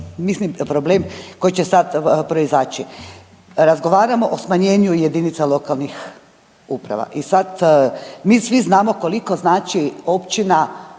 jedan problem koji će sad proizaći. Razgovaramo o smanjenju jedinica lokalnih uprava i sad mi svi znamo koliko znači općina,